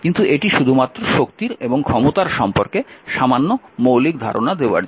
কিন্তু এটি শুধুমাত্র শক্তির এবং ক্ষমতার সম্পর্কে সামান্য মৌলিক ধারণা দেবার জন্য